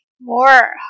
more